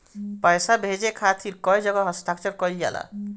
पैसा भेजे के खातिर कै जगह हस्ताक्षर कैइल जाला?